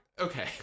Okay